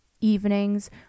evenings